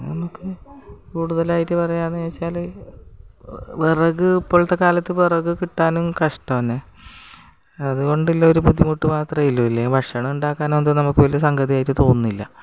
നമുക്ക് കൂടുതലായിട്ട് പറയുകയെന്നു വെച്ചാൽ വിറക് ഇപ്പോഴത്തെക്കാലത്ത് വിറക് കിട്ടാനും കഷ്ടം തന്നെ അതുകൊണ്ടുള്ളൊരു ബുദ്ധിമുട്ട് മാത്രമേ ഇല്ലുല്ലേ ഭക്ഷണമുണ്ടാക്കാനത് നമുക്ക് വലിയ സംഗതിയായിട്ട് തോന്നുന്നില്ല